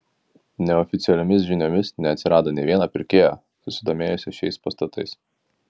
neoficialiomis žiniomis neatsirado nė vieno pirkėjo susidomėjusio šiais pastatais